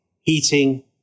heating